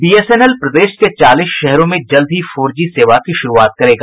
BSNL प्रदेश के चालीस शहरों में जल्द ही फोर जी सेवा की शुरूआत करेगा